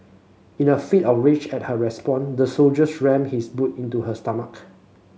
in a fit of rage at her response the soldier rammed his boot into her stomach